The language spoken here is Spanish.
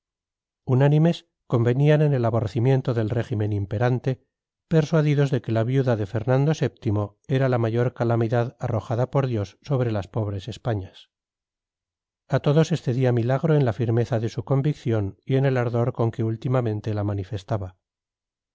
unánimes convenían en el aborrecimiento del régimen imperante persuadidos de que la viuda de fernando vii era la mayor calamidad arrojada por dios sobre las pobres españas a todos excedía milagro en la firmeza de su convicción y en el ardor con que últimamente la manifestaba